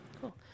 Cool